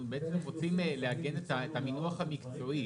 אנחנו בעצם רוצים לעגן את המינוח המקצועי.